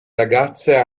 ragazze